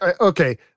Okay